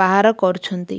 ବାହାର କରୁଛନ୍ତି